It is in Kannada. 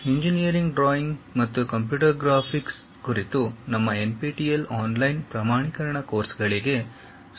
ಇಂಜಿನಿಯರಿಂಗ್ ಡ್ರಾಯಿಂಗ್ ಮತ್ತು ಕಂಪ್ಯೂಟರ್ ಗ್ರಾಫಿಕ್ಸ್ ಕುರಿತು ನಮ್ಮ ಎನ್ಪಿಟಿಇಎಲ್ ಆನ್ಲೈನ್ ಪ್ರಮಾಣೀಕರಣ ಕೋರ್ಸ್ಗಳಿಗೆ ಸುಸ್ವಾಗತ